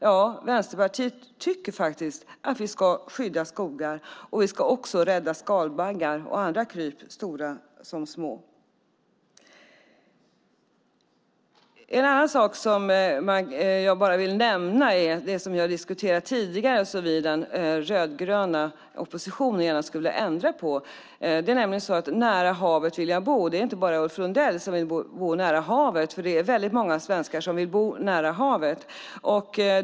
Ja, Vänsterpartiet tycker faktiskt att vi ska skydda skogar. Vi ska också rädda skalbaggar och andra kryp, stora som små. En annan sak som jag bara vill nämna är något som vi har diskuterat tidigare och som vi i den rödgröna oppositionen gärna skulle ändra på. "Nära havet vill jag bo" - och det är inte bara Ulf Lundell som vill det. Det är många svenskar som vill bo nära havet.